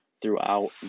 throughout